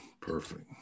Perfect